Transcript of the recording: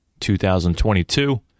2022